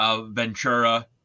Ventura